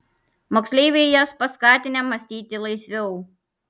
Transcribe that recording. moksleiviai jas paskatinę mąstyti laisviau